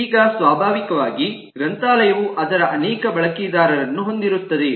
ಈಗ ಸ್ವಾಭಾವಿಕವಾಗಿ ಗ್ರಂಥಾಲಯವು ಅದರ ಅನೇಕ ಬಳಕೆದಾರರನ್ನು ಹೊಂದಿರುತ್ತದೆ